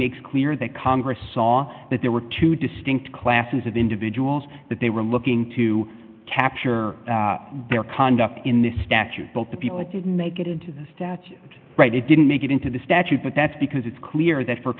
makes clear that congress saw that there were two distinct classes of individuals that they were looking to capture their conduct in this statute but the people didn't make it into the statute right it didn't make it into the statute but that's because it's clear that for